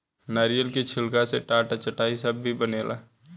नारियल के छिलका से टाट आ चटाई सब भी बनेला